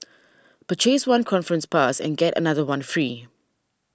purchase one conference pass and get another one free